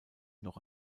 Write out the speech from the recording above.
noch